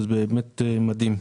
זה באמת מדהים.